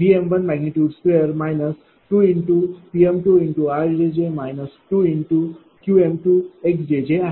2Pm2rjj 2Qm2xjjआहे